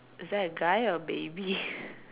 is that a guy or baby